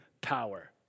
power